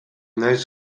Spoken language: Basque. naiz